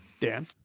Dan